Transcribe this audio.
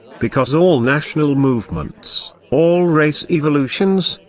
because all national movements, all race evolutions,